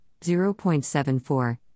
0.74